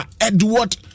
Edward